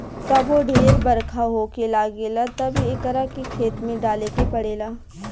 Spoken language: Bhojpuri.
कबो ढेर बरखा होखे लागेला तब एकरा के खेत में डाले के पड़ेला